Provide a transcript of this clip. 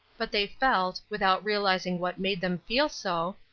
but they felt, without realizing what made them feel so,